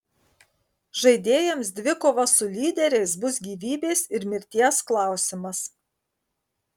žaidėjams dvikova su lyderiais bus gyvybės ir mirties klausimas